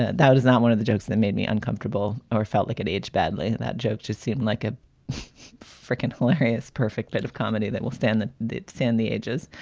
that that is not one of the jokes that made me uncomfortable or felt like it aged badly and that jokes just seem like a frickin hilarious, perfect bit of comedy that will stand the sand, the edges.